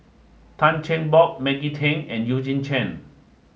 Tan Cheng Bock Maggie Teng and Eugene Chen